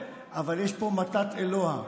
אבל יש פה מתת אלוה.